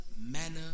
manner